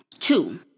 Two